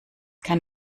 kein